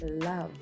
love